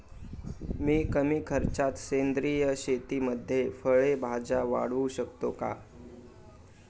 मी कमी खर्चात सेंद्रिय शेतीमध्ये फळे भाज्या वाढवू शकतो का?